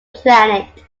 planet